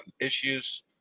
issues